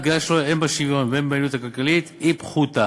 הפגיעה שלו הן בשוויון והן ביעילות הכלכלית היא פחותה.